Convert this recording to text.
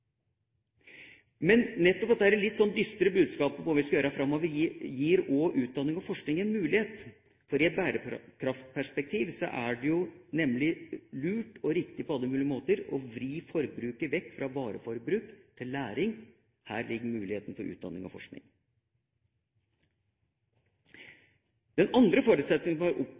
Men nettopp dette litt dystre budskapet om hva vi skal gjøre framover, gir også utdanning og forskning en mulighet, for i et bærekraftperspektiv er det nemlig lurt og riktig på alle mulige måter å vri forbruket vekk fra vareforbruk til læring. Her ligger muligheten for utdanning og forskning. Den andre forutsetningen